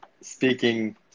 speaking